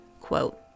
quote